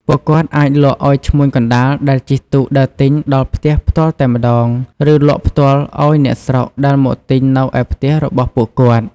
ពួកគាត់អាចលក់ឲ្យឈ្មួញកណ្តាលដែលជិះទូកដើរទិញដល់ផ្ទះផ្ទាល់តែម្ដង ឬលក់ផ្ទាល់ឲ្យអ្នកស្រុកដែលមកទិញនៅឯផ្ទះរបស់ពួកគាត់។